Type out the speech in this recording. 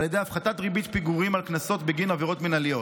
ידי הפחתת ריבית פיגורים על קנסות בגין עבירות מינהליות.